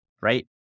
right